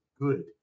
good